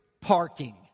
Parking